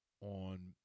on